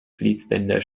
fließbänder